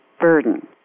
burden